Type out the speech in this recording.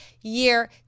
year